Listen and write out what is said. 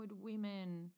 women